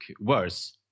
worse